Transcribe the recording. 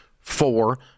four